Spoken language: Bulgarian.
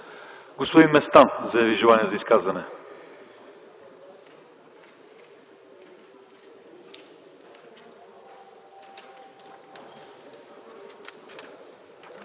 Господин Местан заяви желание за изказване.